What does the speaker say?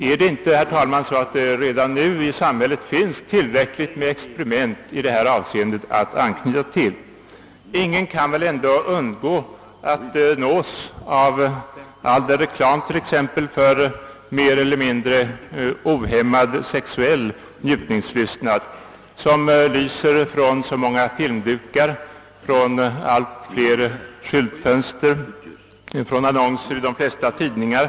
Är det inte, herr talman, på det sättet att det i vårt samhälle redan gjorts och görs tillräckligt många experiment i detta avseende? Ingen kan väl undgå att nås t.ex. av all reklam för mer eller mindre ohämmad sexuell njutningslystnad som möter oss från många filmdukar, från allt fler skyltfönster och från annonser i de flesta tidningar.